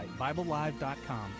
BibleLive.com